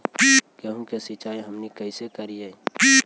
गेहूं के सिंचाई हमनि कैसे कारियय?